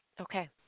Okay